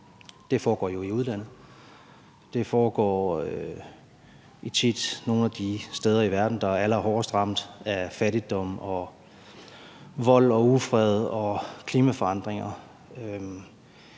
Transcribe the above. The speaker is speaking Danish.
jo foregår i udlandet. Det foregår tit nogle af de steder i verden, der er allerhårdest ramt af fattigdom, vold og ufred og klimaforandringer.